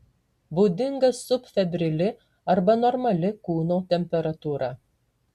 būdinga subfebrili arba normali kūno temperatūra